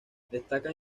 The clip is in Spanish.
destacan